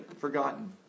forgotten